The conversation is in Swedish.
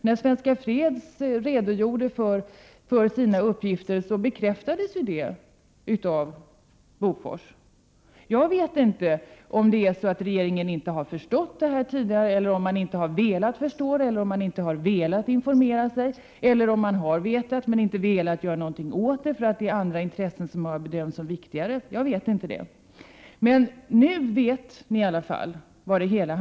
När Svenska freds redogjorde för sina uppgifter bekräftades det av Bofors. Jag vet inte om regeringen inte har förstått detta tidigare, om man inte har velat förstå det, om man inte har velat informera sig eller om man har vetat men inte velat göra någonting åt det för att det är andra intressen som har bedömts vara viktigare. Nu vet vi i alla fall vad det handlar om.